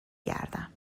گردم